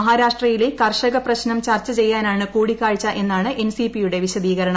മഹാരാഷ്ട്രയിലെ കർഷക പ്രശ്നം ചർച്ച ചെയ്യാനാണു കൂടിക്കാഴ്ച എന്നാണ് എൻസിപിയുടെ വിശദീകരണം